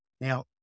Now